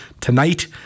tonight